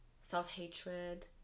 self-hatred